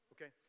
Okay